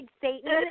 Satan